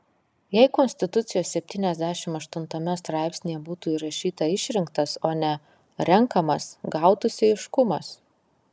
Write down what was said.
jei konstitucijos septyniasdešimt aštuntame straipsnyje būtų įrašyta išrinktas o ne renkamas gautųsi aiškumas